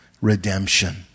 redemption